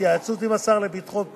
בהתייעצות עם השר לביטחון פנים,